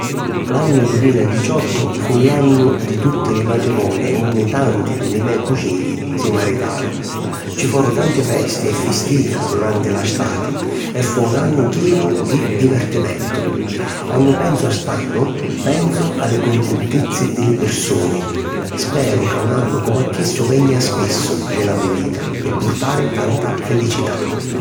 L'annu dumila e diciottu fu l’annu di li matrimoni unni tanti di li me' cucini si maritaru. Ci foru tanti festi e fistina duranti la stati e fu un annu chinu di divertimentu. Quannu pensu a st'annu, pensu a li cuntintizzi di li pirsuni. Speru ca un annu comu a chissu vegna spissu nni la me vita pi purtari tanta felicità.